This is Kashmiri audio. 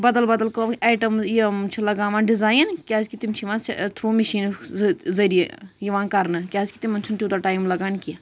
بَدل بَدل کٲم اَیٹَم یِم چھِ لَگاوان ڈزایِن کیازِ کہِ تِم چھِ یِوان تھرو مِشیٖن ذٔریعہ یوان کَرنہٕ کیازِ کہِ تِمَن چھُنہٕ تیوتاہ ٹایِم لَگان کیٚنٛہہ